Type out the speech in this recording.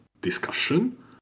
discussion